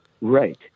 Right